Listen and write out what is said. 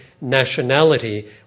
nationality